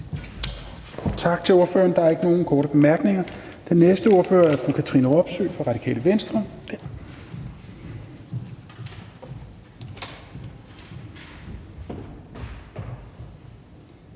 Tak til ordføreren. Der er ikke nogen korte bemærkninger. Den næste ordfører er fru Katrine Robsøe fra Radikale Venstre.